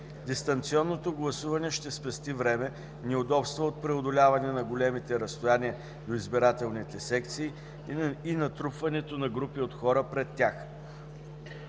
Дистанционното гласуване ще спести време, неудобства от преодоляване на големите разстояния до избирателните секции и натрупването на групи от хора пред тях.